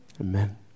amen